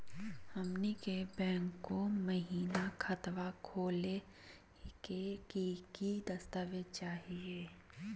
हमनी के बैंको महिना खतवा खोलही के लिए कि कि दस्तावेज चाहीयो?